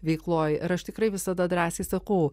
veikloj ir aš tikrai visada drąsiai sakau